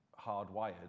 hardwired